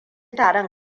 taron